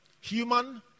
human